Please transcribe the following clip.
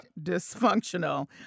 dysfunctional